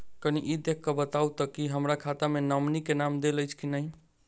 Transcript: कनि ई देख कऽ बताऊ तऽ की हमरा खाता मे नॉमनी केँ नाम देल अछि की नहि?